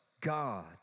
God